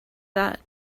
that